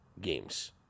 games